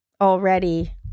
already